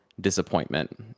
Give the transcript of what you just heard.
disappointment